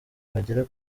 bagera